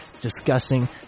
discussing